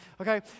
Okay